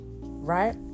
right